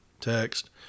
text